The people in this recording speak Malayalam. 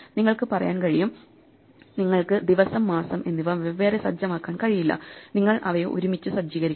നിങ്ങൾക്ക് പറയാൻ കഴിയും നിങ്ങൾക്ക് ദിവസം മാസം എന്നിവ വെവ്വേറെ സജ്ജമാക്കാൻ കഴിയില്ല നിങ്ങൾ അവയെ ഒരുമിച്ച് സജ്ജീകരിക്കണം